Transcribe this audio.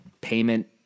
payment